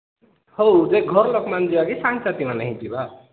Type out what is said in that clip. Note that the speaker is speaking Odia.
ହଉ ଯେ ଘର ଲୋକମାନେ ଯିବା କି ସାଙ୍ଗସାଥି ମାନେ ହିଁ ଯିବା